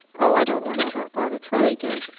oh, i don't want all that bother. try again.